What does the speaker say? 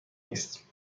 است